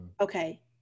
Okay